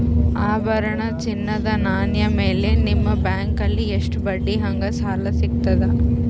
ಆಭರಣ, ಚಿನ್ನದ ನಾಣ್ಯ ಮೇಲ್ ನಿಮ್ಮ ಬ್ಯಾಂಕಲ್ಲಿ ಎಷ್ಟ ಬಡ್ಡಿ ಹಂಗ ಸಾಲ ಸಿಗತದ?